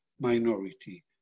minority